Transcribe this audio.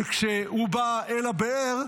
שכשהוא בא אל הבאר,